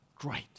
great